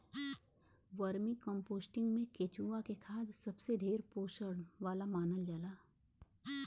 vermicomposting में केचुआ के खाद सबसे ढेर पोषण वाला मानल जाला